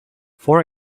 for